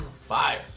Fire